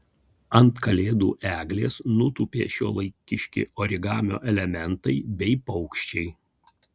ant kalėdų eglės nutūpė šiuolaikiški origamio elementai bei paukščiai